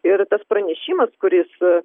ir tas pranešimas kuris